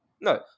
No